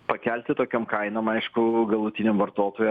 pakelti tokiom kainom aišku galutiniam vartotojui